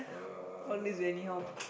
uh